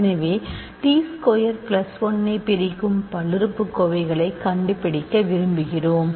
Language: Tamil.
எனவே t ஸ்கொயர் பிளஸ் 1 ஐ பிரிக்கும் பல்லுறுப்புக்கோவைகளைக் கண்டுபிடிக்க விரும்புகிறோம்